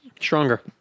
stronger